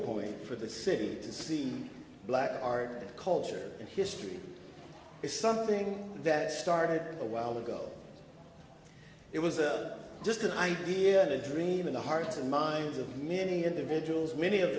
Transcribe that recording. point for the city to see black art culture and history is something that started a while ago it was just an idea and a dream in the hearts and minds of many individuals many of